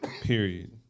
Period